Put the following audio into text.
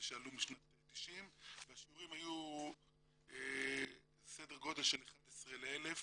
שעלו משנת 90'. השיעורים היו בהיקף של 11 ל-1,000